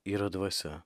yra dvasia